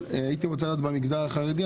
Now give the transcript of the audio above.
אבל במגזר החרדי,